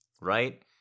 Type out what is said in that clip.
right